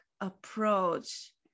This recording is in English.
approach